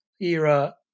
era